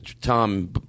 Tom